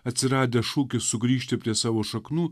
atsiradęs šūkis sugrįžti prie savo šaknų